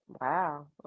wow